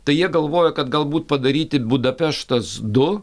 tai jie galvoja kad galbūt padaryti budapeštas du